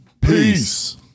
Peace